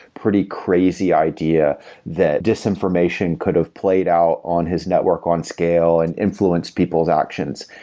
pretty crazy idea that disinformation could have played out on his network on scale and influenced people's actions.